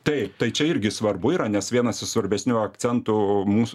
taip tai čia irgi svarbu yra nes vienas iš svarbesnių akcentų mūsų